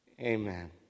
Amen